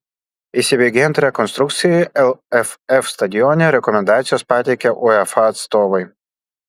įsibėgėjant rekonstrukcijai lff stadione rekomendacijas pateikė uefa atstovai